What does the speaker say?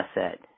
asset